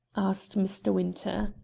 asked mr. winter.